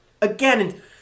again